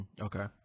Okay